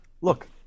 Look